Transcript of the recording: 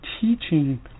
teaching